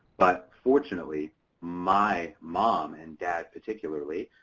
but fortunately my mom and dad particularly